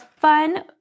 fun